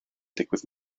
digwydd